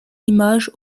image